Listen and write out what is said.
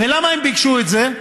ולמה הם ביקשו את זה?